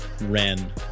Ren